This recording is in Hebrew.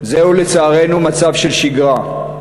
זהו לצערנו מצב של שגרה.